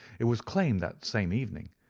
it was claimed that same evening,